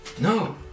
No